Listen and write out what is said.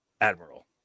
admiral